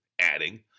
adding